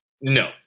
no